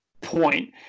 Point